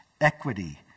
equity